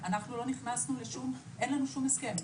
לנו אין שום הסכם.